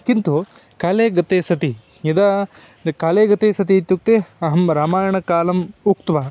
किन्तु काले गते सति यदा काले गते सति इत्युक्ते अहं रामायणकालम् उक्त्वा